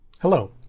Hello